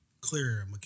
clearer